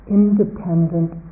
independent